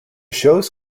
shows